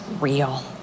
real